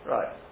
Right